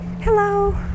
Hello